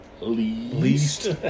least